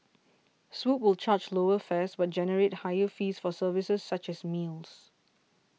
swoop will charge lower fares but generate higher fees for services such as meals